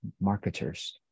marketers